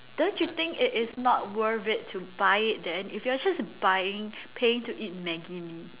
don't you think it is not worth it to buy it then if you're just buying paying to eat Maggi-Mee